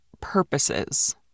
purposes